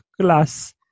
class